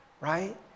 right